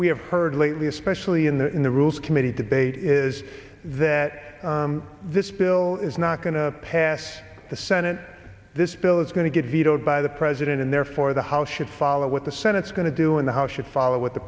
we have heard lately especially in the rules committee debate is that this bill is not going to pass the senate this bill is going to get vetoed by the president and therefore the house should follow what the senate's going to do in the house should follow what the